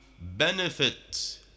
benefit